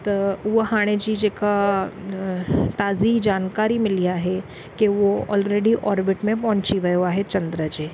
त उहो हाणे जी जेका ताज़ी जानकारी मिली आहे की उहो ऑलरेडी ऑर्बिट में पहुची वियो आहे चंड जे